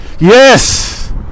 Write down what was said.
Yes